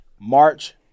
March